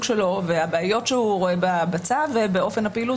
שלו והבעיות שהוא רואה בצו ובאופן הפעילות.